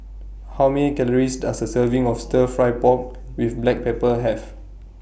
How Many Calories Does A Serving of Stir Fry Pork with Black Pepper Have